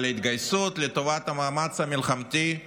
על ההתגייסות לטובת המאמץ המלחמתי,